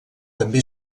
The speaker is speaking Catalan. també